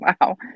wow